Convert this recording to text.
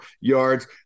yards